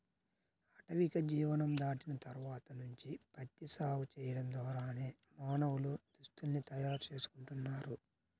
ఆటవిక జీవనం దాటిన తర్వాత నుంచి ప్రత్తి సాగు చేయడం ద్వారానే మానవులు దుస్తుల్ని తయారు చేసుకుంటున్నారు